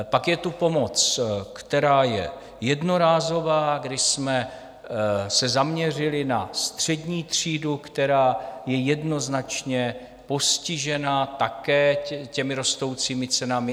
Pak je tu pomoc, která je jednorázová, kde jsme se zaměřili na střední třídu, která je jednoznačně také postižena rostoucími cenami.